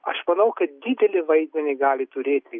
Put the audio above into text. aš manau kad didelį vaidmenį gali turėti